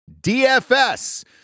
DFS